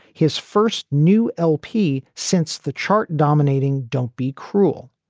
his first new lp since the chart dominating don't be cruel.